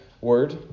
word